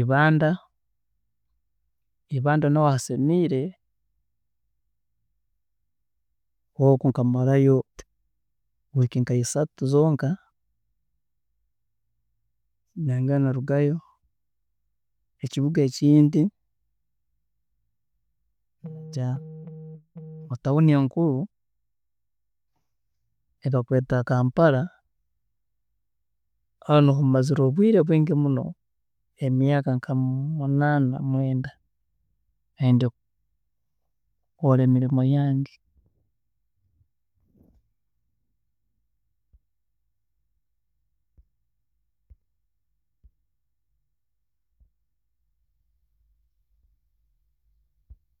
Ibanda, Ibanda naho hasemiire oku nkamarayo wiiki nkaisatu zonka, nayongera narugayo, ekibuga ekindi naija mu town enkuru eyi bakweeta Kampala, hanu mazireho obwiire bwingi muno, emyaaka nka munaana mwenda eyindimu, ninkora emirimo yange.